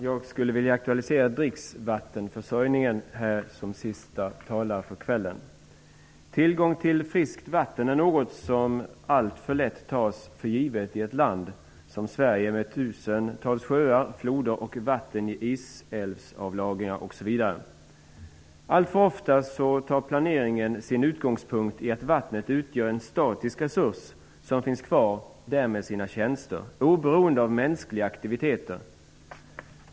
Herr talman! Jag skulle som siste talare denna kväll vilja aktualisera dricksvattenförsörjningen. Tillgång till friskt vatten är något som alltför lätt tas för givet i ett land som Sverige med många tusen sjöar, floder, vatten i isälvsavlagringar, osv. Alltför ofta tar planeringen sin utgångspunkt i att vattnet utgör en statisk resurs, som finns kvar där med sina tjänster, oberoende av mänskliga aktiviteter.